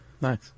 Nice